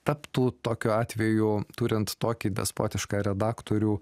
taptų tokiu atveju turint tokį despotišką redaktorių